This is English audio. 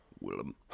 Willem